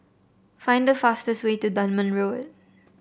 find the fastest way to Dunman Road